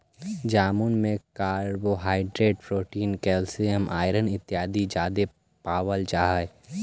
जामुन में carbohydrate protein calcium iron इत्यादि जादे पायल जा हई